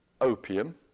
opium